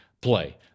play